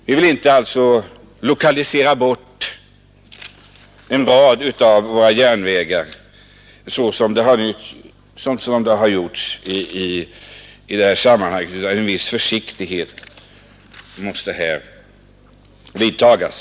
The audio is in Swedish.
Vi vill alltså inte lokalisera bort en rad av våra järnvägar utan att vi har en väl underbyggd motivering.